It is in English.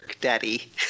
daddy